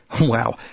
Wow